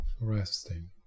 resting